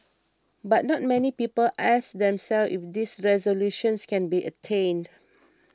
but not many people ask themselves if these resolutions can be attained